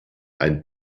ein